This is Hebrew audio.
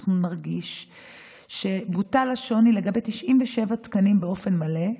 אנחנו נרגיש שבוטל השוני לגבי 97 תקנים באופן מלא,